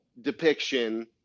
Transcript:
depiction